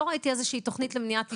ראיתי איזושהי תוכנית למניעת עישון שם.